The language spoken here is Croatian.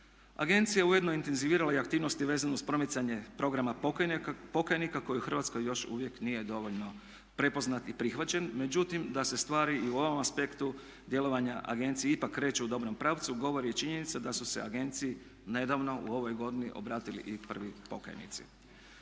Agencija je ujedno intenzivirala i aktivnosti vezano uz promicanje programa pokajnika koji u Hrvatskoj još uvijek nije dovoljno prepoznat i prihvaćen. Međutim, da se stvari i u ovom aspektu djelovanja agencije ipak kreću u dobrom pravcu govori i činjenica da su se agenciji nedavno, u ovoj godini obratili i prvi pokajnici.